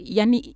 Yani